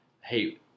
hey